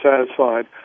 satisfied